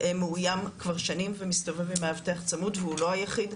מאויים כבר שנים ומסתובב עם מאבטח צמוד והוא לא היחיד,